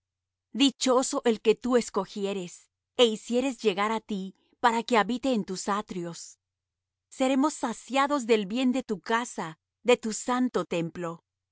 dichoso el que tú escogieres é hicieres llegar á ti para que habite en tus atrios seremos saciados del bien de tu casa de tu santo templo